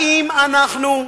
האם אנחנו,